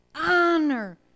honor